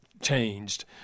changed